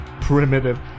Primitive